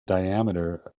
diameter